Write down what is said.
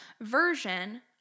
version